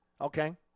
okay